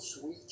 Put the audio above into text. Sweet